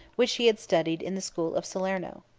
which he had studied in the school of salerno.